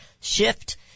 shift